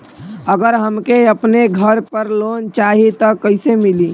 अगर हमके अपने घर पर लोंन चाहीत कईसे मिली?